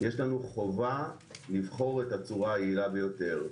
יש לנו חובה לבחור את הצורה היעילה ביותר,